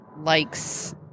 likes